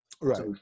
Right